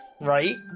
Right